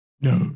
No